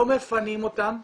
לא מפנים אותם.